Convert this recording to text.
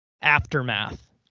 aftermath